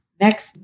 next